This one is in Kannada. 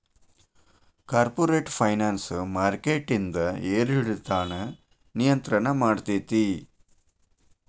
ಕಾರ್ಪೊರೇಟ್ ಫೈನಾನ್ಸ್ ಮಾರ್ಕೆಟಿಂದ್ ಏರಿಳಿತಾನ ನಿಯಂತ್ರಣ ಮಾಡ್ತೇತಿ